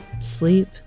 Sleep